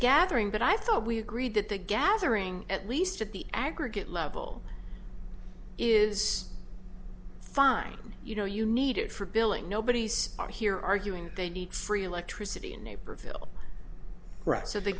gathering but i thought we agreed that the gathering at least at the aggregate level is fine you know you need it for billing nobody's are here arguing they need free electricity in naperville